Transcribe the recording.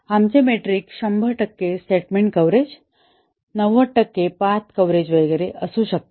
आमचे मेट्रिक 100 टक्के statement coverage 90 टक्के पाथ कव्हरेज वगैरे असू शकते